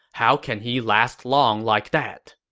how can he last long like that?